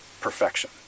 perfection